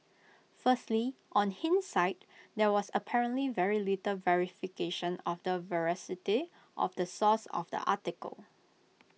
firstly on hindsight there was apparently very little verification of the veracity of the source of the article